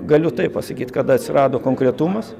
galiu taip pasakyt kada atsirado konkretumas